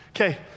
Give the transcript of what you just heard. okay